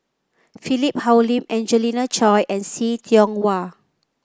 Philip Hoalim Angelina Choy and See Tiong Wah